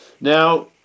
now